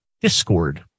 Discord